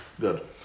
good